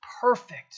perfect